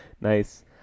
Nice